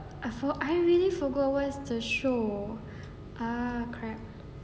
I fo~ I really forgot what's the show ah cry